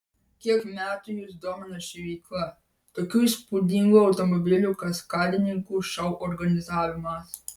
kiek metų jus domina ši veikla tokių įspūdingų automobilių kaskadininkų šou organizavimas